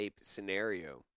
scenario